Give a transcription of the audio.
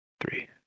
Three